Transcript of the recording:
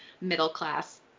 middle-class